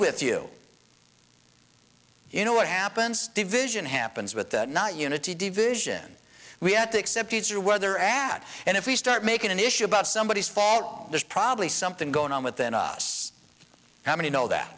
with you you know what happens division happens with not unity division we have to accept each or whether ad and if we start making an issue about somebodies fault there's probably something going on within us how many know that